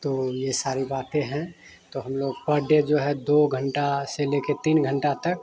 तो ये सारी बाते हैं तो हम लोग पड डे जो है दो घंटे से लेकर तीन घंटे तक